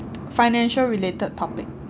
financial related topic